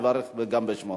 עברה בקריאה שלישית,